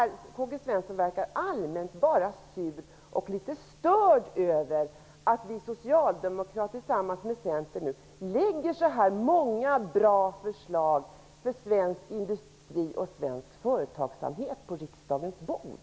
G. Svenson verkar vara allmänt sur och litet störd över att vi socialdemokrater tillsammans med Centern nu lägger fram så här många bra förslag för svensk industri och svensk företagsamhet på riksdagens bord.